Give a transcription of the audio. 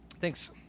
Thanks